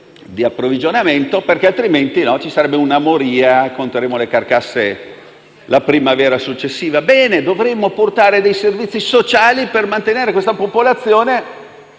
ai caprioli, perché altrimenti ci sarebbe una moria e conteremmo le carcasse nella primavera successiva. Bene: noi dovremo portare i servizi sociali per mantenere una popolazione